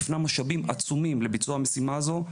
היפנה משאבים עצומים לביצוע המשימה הזו,